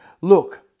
Look